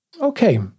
Okay